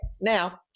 Now